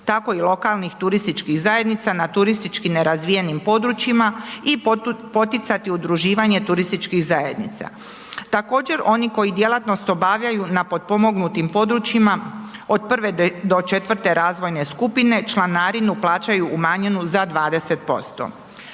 tako i lokalnih turističkih zajednica na turistički nerazvijenim područjima i poticati udruživanje turističkih zajednica. Također oni koji djelatnost obavljaju na potpomognutim područjima od prve do četvrte razvojne skupine, članarinu plaćaju umanjenu za 20%.